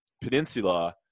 peninsula